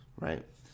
Right